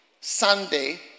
Sunday